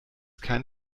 kein